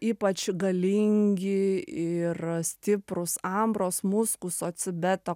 ypač galingi ir stiprūs ambros muskuso cibeto